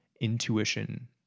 intuition